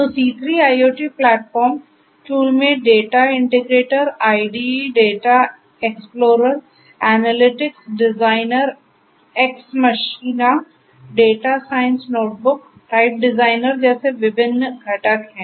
तो C3 IoT platform tool में data integrator IDE data explorer analytics designer EX Machina data science notebook type designer जैसे विभिन्न घटक हैं